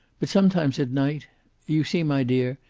but some times at night you see, my dear,